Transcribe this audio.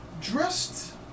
Dressed